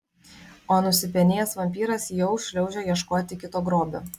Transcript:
o nusipenėjęs vampyras jau šliaužia ieškoti kito grobio